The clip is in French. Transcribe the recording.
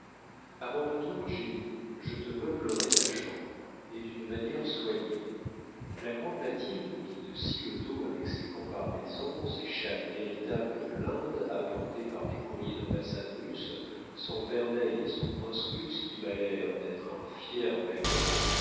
a mon retour jenny je te meublerai ta chambre et d'une manière soignée la grande mathilde qui te scie le dos avec ses comparaisons ses châles véritables de l'inde apportés par des courriers d'ambassade russe son vermeil et son prince russe qui m'a l'air d'être un fier blagueur